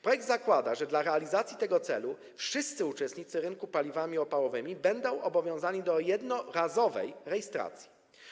Projekt zakłada, że dla realizacji tego celu wszyscy uczestnicy rynku paliw opałowych będą obowiązani do jednorazowej rejestracji.